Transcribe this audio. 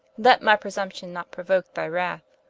let my presumption not prouoke thy wrath,